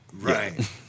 Right